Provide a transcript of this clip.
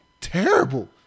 Terrible